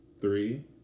Three